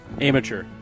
Amateur